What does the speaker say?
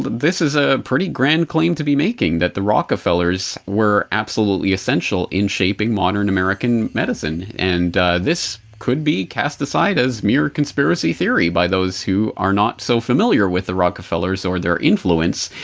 this is a pretty grand claim to be making that the rockefellers were absolutely essential in shaping modern american medicine and this could be cast aside as mere conspiracy theory by those who are not so familiar with the rockefellers or their influence.